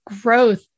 growth